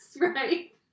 right